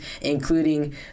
including